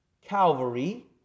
Calvary